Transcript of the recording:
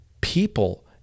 people